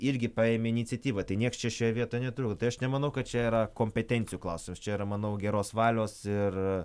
irgi paėmė iniciatyvą tai nieks čia šioje vietoje netrukdo tai aš nemanau kad čia yra kompetencijų klausimas čia yra manau geros valios ir